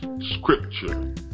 scripture